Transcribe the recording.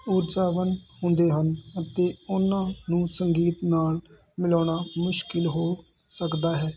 ਊਰਜਾਵਨ ਹੁੰਦੇ ਹਨ ਅਤੇ ਉਹਨਾਂ ਨੂੰ ਸੰਗੀਤ ਨਾਲ ਮਿਲਾਉਣਾ ਮੁਸ਼ਕਿਲ ਹੋ ਸਕਦਾ ਹੈ